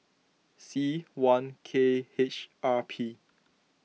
C one K H R P